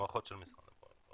במערכות של משרד הבריאות.